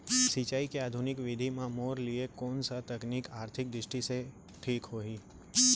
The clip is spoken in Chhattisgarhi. सिंचाई के आधुनिक विधि म मोर लिए कोन स तकनीक आर्थिक दृष्टि से ठीक होही?